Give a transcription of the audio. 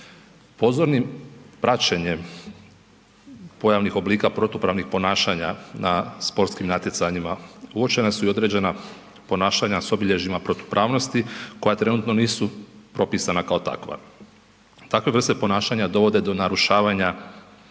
Pozornim praćenjem pojavnih oblika protupravnih ponašanja na sportskim natjecanjima uočena su i određena ponašanja s obilježjima protupravnosti koja trenutno nisu propisana kao takva, takve vrste ponašanja dovode do narušavanja